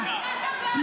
הינה, היא באה לשמור עליך.